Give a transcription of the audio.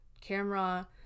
camera